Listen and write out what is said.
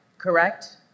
correct